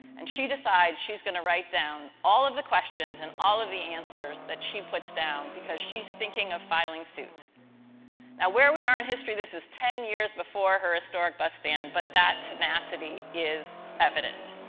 and she decides she's going to write down all of the questions and all of the answers that she puts down because she's thinking of filing suit now, where we are in history, this is ten years before her historic bus stand. but, that tenacity is evident.